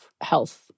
health